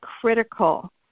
critical